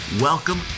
Welcome